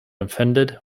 offended